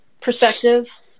perspective